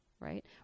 Right